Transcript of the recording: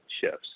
shifts